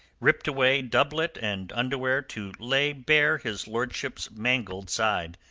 ripped away doublet and underwear to lay bare his lordship's mangled side,